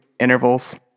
intervals